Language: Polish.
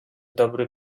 dobry